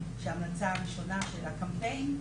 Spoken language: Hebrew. כשההמלצה הראשונה של הקמפיין,